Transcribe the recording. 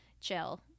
chill